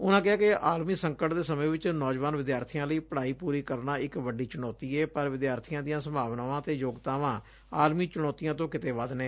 ਉਨਾਂ ਕਿਹਾ ਕਿ ਆਲਮੀ ਸੰਕਟ ਦੇ ਸਮੇਂ ਵਿਚ ਨੌਜਵਾਨ ਵਿਦਿਆਰਬੀਆਂ ਲਈ ਪੜਾਈ ਪੁਰੀ ਕਰਨਾ ਇਕ ਵੱਡੀ ਚੁਣੌਤੀ ਏ ਪਰ ਵਿਦਿਆਰਬੀਆਂ ਦੀਆਂ ਸੰਭਾਵਨਾਵਾਂ ਅਤੇ ਯੋਗਤਾਵਾਂ ਆਲਮੀ ਚੁਣੌਤੀਆਂ ਤੋਂ ਕਿਤੇ ਵੱਧ ਨੇ